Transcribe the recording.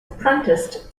apprenticed